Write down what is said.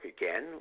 again